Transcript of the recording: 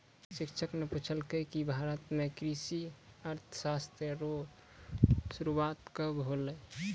शिक्षक न पूछलकै कि भारत म कृषि अर्थशास्त्र रो शुरूआत कब होलौ